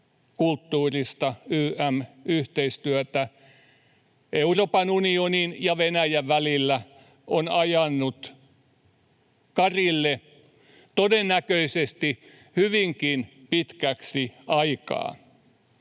kulttuurista ym. yhteistyötä Euroopan unionin ja Venäjän välillä, on ajanut karille todennäköisesti hyvinkin pitkäksi aikaa.